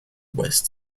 west